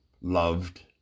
loved